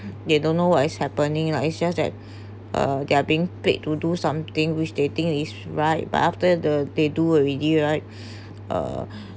they don't know what is happening like it's just that uh they are being paid to do something which they think is right but after the they do already right uh